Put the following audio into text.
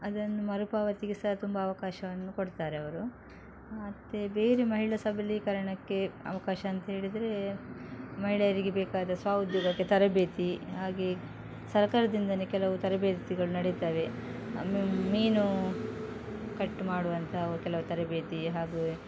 ಅದನ್ನು ಮರು ಪಾವತಿಗೆ ಸಹ ತುಂಬ ಅವಕಾಶವನ್ನು ಕೊಡ್ತಾರೆ ಅವರು ಮತ್ತು ಬೇರೆ ಮಹಿಳಾ ಸಬಲೀಕರಣಕ್ಕೆ ಅವಕಾಶ ಅಂತ ಹೇಳಿದರೆ ಮಹಿಳೆಯರಿಗೆ ಬೇಕಾದ ಸ್ವಉದ್ಯೋಗಕ್ಕೆ ತರಬೇತಿ ಹಾಗೆ ಸರಕಾರದಿಂದಲೇ ಕೆಲವು ತರಬೇತಿಗಳು ನಡೀತಾವೆ ಮೀನು ಕಟ್ ಮಾಡುವಂತಹ ಕೆಲವು ತರಬೇತಿ ಹಾಗೂ